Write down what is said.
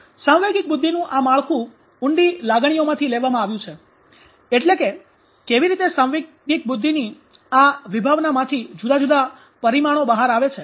સાંવેગિક બુદ્ધિનું આ માળખું ઊંડી લાગણીઓમાંથી લેવામાં આવ્યું છે એટ્લે કે કેવી રીતે સાંવેગિક બુદ્ધિની આ વિભાવનામાંથી જુદા જુદા પરિમાણો બહાર આવે છે